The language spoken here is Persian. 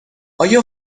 آیا